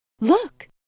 Look